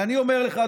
ואני אומר לך,